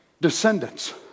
Descendants